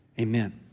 amen